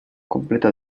completa